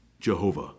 Jehovah